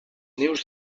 nius